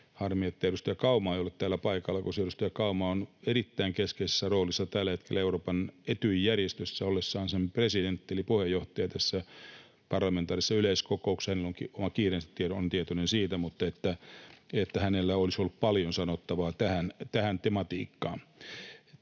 Harmi, että edustaja Kauma ei ole täällä paikalla, kun edustaja Kauma on erittäin keskeisessä roolissa tällä hetkellä Euroopan Etyj-järjestössä ollessaan sen presidentti eli puheenjohtaja tässä parlamentaarisessa yleiskokouksessa. Hänellä on omat kiireensä, olen tietoinen siitä, mutta hänellä olisi ollut paljon sanottavaa tähän tematiikkaan